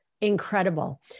Incredible